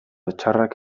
txarrak